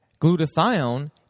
Glutathione